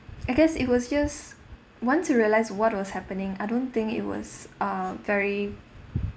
I guess it was just once you realise what was happening I don't think it was a very